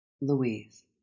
Louise